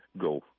go